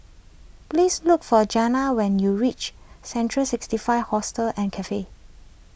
please look for Jena when you reach Central sixty five Hostel and Cafe